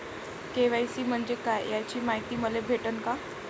KYC म्हंजे काय याची मायती मले भेटन का?